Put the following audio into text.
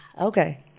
Okay